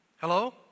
Hello